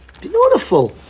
Beautiful